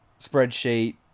spreadsheet